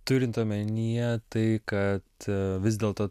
turint omenyje tai kad vis dėlto